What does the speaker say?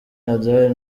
nadal